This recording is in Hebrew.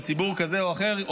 לציבור כזה או אחר,